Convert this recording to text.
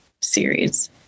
series